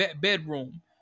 bedroom